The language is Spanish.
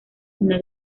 una